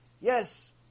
Yes